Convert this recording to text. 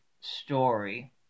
story